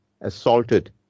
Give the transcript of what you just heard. assaulted